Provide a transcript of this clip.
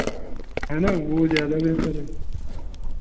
है ना वो ज़्यादा बेहतर है